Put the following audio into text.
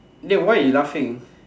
dey why you laughing